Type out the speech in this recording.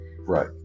Right